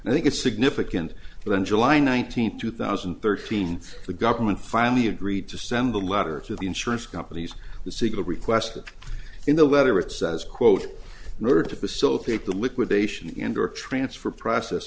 and i think it's significant that on july nineteenth two thousand and thirteen the government finally agreed to send a letter to the insurance companies the signal requested in the letter it says quote in order to facilitate the liquidation and or transfer process